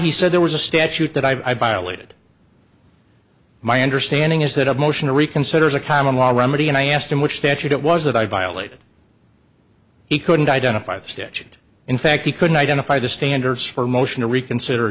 he said there was a statute that i by a would my understanding is that a motion to reconsider is a common law remedy and i asked him which statute it was that i violated he couldn't identify the statute in fact he couldn't identify the standards for motion to reconsider